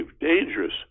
dangerous